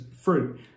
fruit